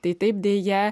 tai taip deja